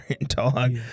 dog